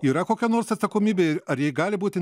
yra kokia nors atsakomybė ar ji gali būti